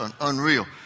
unreal